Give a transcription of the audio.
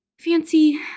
fancy